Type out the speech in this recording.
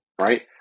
right